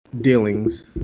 dealings